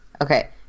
Okay